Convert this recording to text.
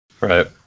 Right